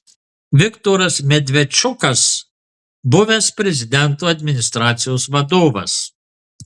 viktoras medvedčukas buvęs prezidento administracijos vadovas